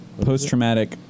Post-traumatic